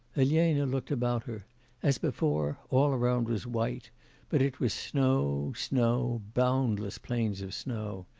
elena looked about her as before, all around was white but it was snow, snow, boundless plains of snow.